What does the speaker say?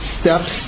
steps